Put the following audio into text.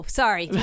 sorry